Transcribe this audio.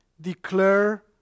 declare